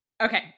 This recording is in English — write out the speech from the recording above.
Okay